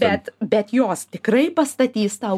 bet bet jos tikrai pastatys tau